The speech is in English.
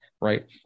right